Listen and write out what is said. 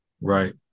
Right